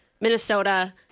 Minnesota